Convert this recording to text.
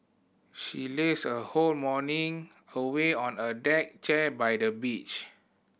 she lazed her whole morning away on a deck chair by the beach